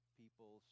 people